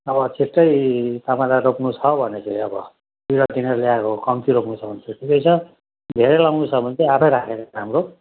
अब छिट्टै तपाईँलाई रोप्नु छ भने चाहिँ अब बिरुवा किनेर ल्याएर कम्ती रोप्नु छ भने चाहिँ ठिकै छ धेरै लाउनु छ भने चाहिँ आफै राखेको राम्रो